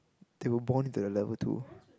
they were born into that level too